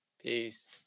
Peace